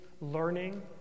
learning